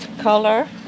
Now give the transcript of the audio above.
color